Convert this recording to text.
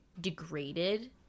degraded